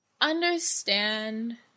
Understand